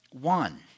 one